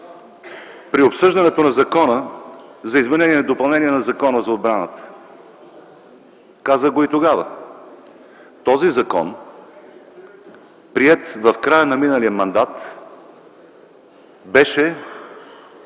при обсъждането на Закона за изменение и допълнение на Закона за отбраната. Казах го и тогава: този закон, приет в края на миналия мандат, беше така